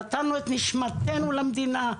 אנחנו נתנו את נשמתינו למדינה.